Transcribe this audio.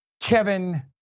kevin